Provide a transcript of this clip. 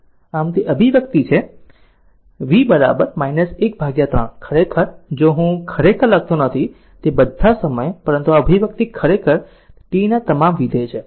આમ તે આ અભિવ્યક્તિ છે v 13 ખરેખર જો હું ખરેખર લખતો નથી તે બધા સમય પરંતુ આ અભિવ્યક્તિ ખરેખર તે t ના તમામ વિધેય છે